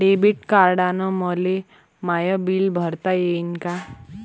Debit कार्डानं मले my bill भरता येईन का?